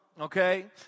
okay